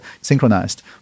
synchronized